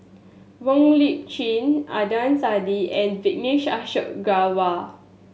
Wong Lip Chin Adnan Saidi and Vijesh Ashok Ghariwala